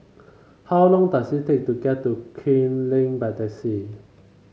how long does it take to get to Kew Lane by taxi